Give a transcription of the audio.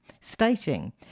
stating